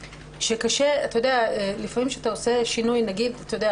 לפעמים כשעושים שינוי גדול